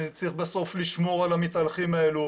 אני צריך בסוף לשמור על המתהלכים האלה.